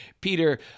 Peter